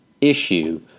issue